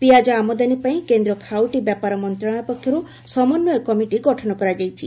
ପିଆଜ ଆମଦାନୀ ପାଇଁ କେନ୍ଦ ଖାଉଟି ବ୍ୟାପାର ମନ୍ତଶାଳୟ ପକ୍ଷର୍ଠ ସମନ୍ତଯ କମିଟି ଗଠନ କରାଯାଇଛି